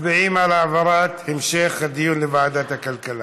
מצביעים על העברת המשך הדיון לוועדת הכלכלה.